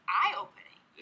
eye-opening